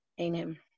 Amen